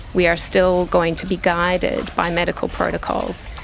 we are still going to be guided by medical protocols.